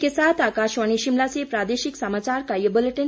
इसी के साथ आकाशवाणी शिमला से प्रादेशिक समाचार का ये बुलेटिन समाप्त हुआ